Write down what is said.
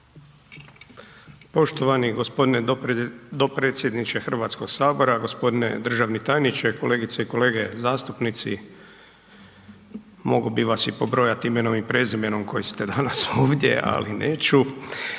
Poštovani g. dopredsjedniče HS-a, d. državni tajniče, kolegice i kolege zastupnici. Mogao bi vas i pobrojati imenom i prezimenom koji ste danas ovdje, ali neću.